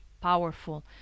powerful